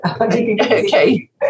Okay